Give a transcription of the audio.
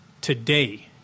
today